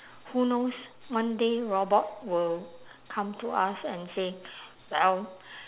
who knows one day robot will come to us and say well